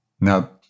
Now